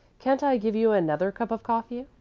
can't i give you another cup of coffee?